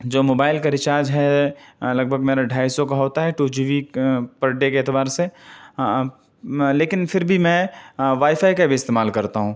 جو موبائل کا ریچارج ہے لگ بھگ میرا ڈھائی سو کا ہوتا ہے two G B per day کے اعتبار سے لیکن پھر بھی میں وائی فائی کا بھی استعمال کرتا ہوں